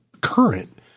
current